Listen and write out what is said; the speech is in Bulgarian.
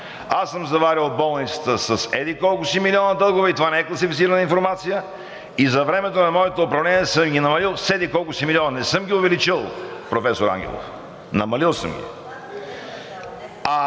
Аз съм заварил болницата с еди-колко си милиона дългове – това не е класифицирана информация – и за времето на моето управление съм ги намалил с еди-колко си милиона. Не съм ги увеличил, професор Ангелов, намалил съм ги.